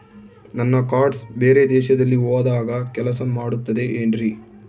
ನನ್ನ ಕಾರ್ಡ್ಸ್ ಬೇರೆ ದೇಶದಲ್ಲಿ ಹೋದಾಗ ಕೆಲಸ ಮಾಡುತ್ತದೆ ಏನ್ರಿ?